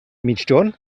migjorn